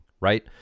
right